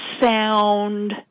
sound